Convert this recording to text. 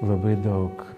labai daug